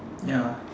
ya